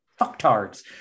fucktards